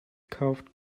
kauft